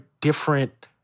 different